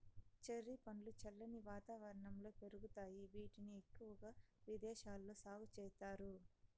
cherry పండ్లు చల్లని వాతావరణంలో పెరుగుతాయి, వీటిని ఎక్కువగా విదేశాలలో సాగు చేస్తారు